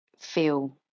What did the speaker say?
feel